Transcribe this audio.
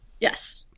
Yes